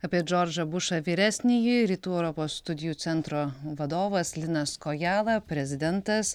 apie džordžą bušą vyresnįjį rytų europos studijų centro vadovas linas kojala prezidentas